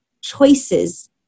choices